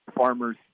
farmers